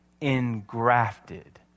engrafted